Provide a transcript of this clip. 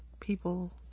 people